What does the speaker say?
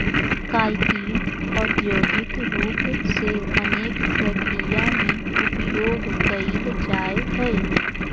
chitin औद्योगिक रूप से अनेक प्रक्रिया में उपयोग कइल जाय हइ